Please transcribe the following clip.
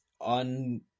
on